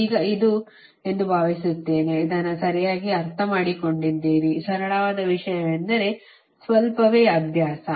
ಈಗ ಇದು ಎಂದು ಭಾವಿಸುತ್ತೇನೆ ಇದನ್ನು ಸರಿಯಾಗಿ ಅರ್ಥಮಾಡಿಕೊಂಡಿದ್ದೀರಿ ಸರಳವಾದ ವಿಷಯವೆಂದರೆ ಸ್ವಲ್ಪವೇ ಅಭ್ಯಾಸ